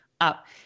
up